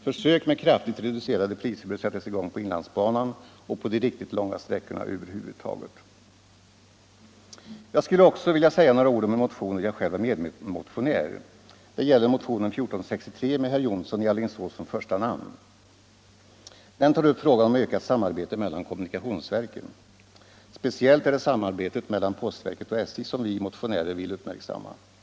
Försök med kraftigt reducerade priser bör sättas i gång på inlandsbanan och på de riktigt långa sträckorna över huvud taget. Jag skulle också vilja säga några ord om en motion där jag själv är medmotionär. Det gäller motionen 1463 med herr Jonsson i Alingsås som första namn. Den tar upp frågan om ökat samarbete mellan kommunikationsverken. Speciellt är det samarbetet mellan postverket och SJ som vi motionärer vill uppmärksamma.